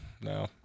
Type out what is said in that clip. no